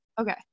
okay